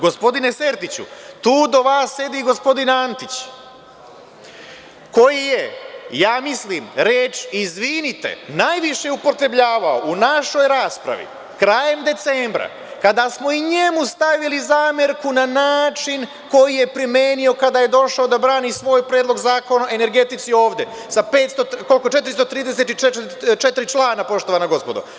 Gospodine Sertiću, tu do vas sedi gospodin Antić, koji je, ja mislim reč „izvinite“, najviše upotrebljavao u našoj raspravi krajem decembra kada smo i njemu stavili zamerku na način koji je primenio kada je došao da brani svoj Predlog zakona o energetici ovde sa 434 člana, poštovana gospodo.